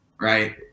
right